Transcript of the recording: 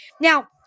Now